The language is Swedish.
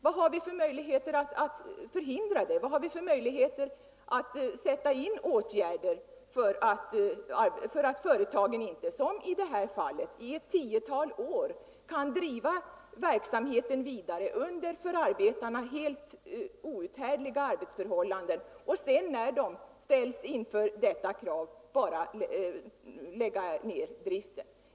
Vad har vi för möjligheter att förhindra det, vad har vi för möjligheter att sätta in åtgärder för att inte ett företag som i det här fallet i ett tiotal år skall kunna driva verksamheten vidare under för arbetarna helt outhärdliga förhållanden och sedan, när det ställs inför detta krav, bara lägga ner driften?